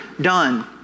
done